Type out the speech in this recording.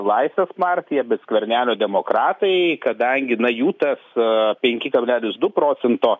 laisvės partija bet skvernelio demokratai kadangi na jų tas penki kablelis du procento